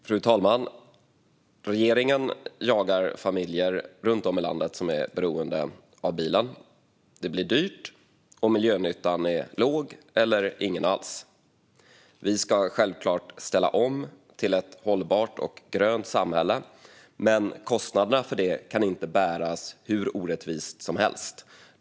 Fru talman! Regeringen jagar familjer runt om i landet som är beroende av bilen. Det blir dyrt, och miljönyttan är låg eller ingen alls. Vi ska självklart ställa om till ett hållbart och grönt samhälle, men kostnaderna för det kan inte fördelas hur orättvist som helst.